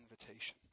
invitation